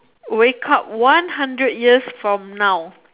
wake up one hundred years from now